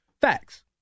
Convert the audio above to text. Facts